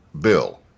bill